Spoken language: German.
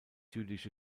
jüdische